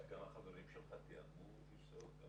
החברים שלך תיאמו גרסאות.